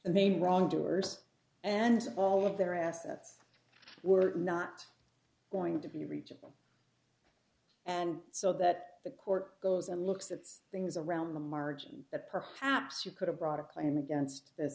be wrong doers and all of their assets were not going to be reachable and so that the court goes and looks of things around the margin that perhaps you could have brought a claim against